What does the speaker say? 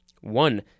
One